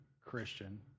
Christian